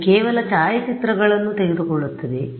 ಅದು ಕೇವಲ ಚಾಯಾಚಿತ್ರಗಳನ್ನು ತೆಗೆದುಕೊಳ್ಳುತ್ತದೆ